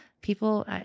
people